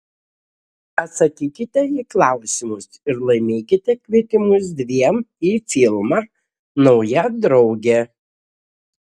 atsakykite į klausimus ir laimėkite kvietimus dviem į filmą nauja draugė